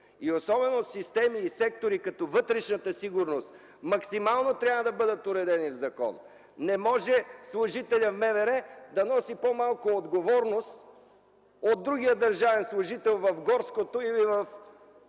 Особено системи и сектори като вътрешната сигурност максимално трябва да бъдат уредени в закон. Не може служителят в МВР да носи по-малко отговорност от другия държавен служител в горското или рибното